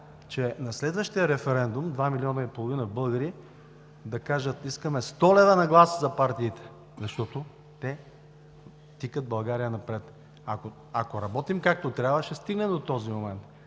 че на следващия референдум два милиона и половина българи да кажат: искаме 100 лв. на глас за партиите, защото те тикат България напред. Ако работим както трябва, ще стигнем до този момент.